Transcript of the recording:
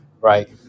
Right